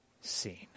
seen